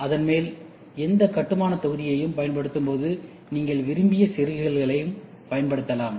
அதன் மேல் இந்த கட்டுமான தொகுதியைப் பயன்படுத்தும்போது நீங்கள் விரும்பியச் செருகல்களையும் பயன்படுத்தலாம்